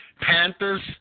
Panthers